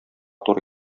туры